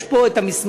יש פה המסמך,